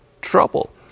trouble